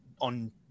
on